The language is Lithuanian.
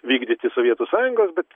vykdyti sovietų sąjungos bet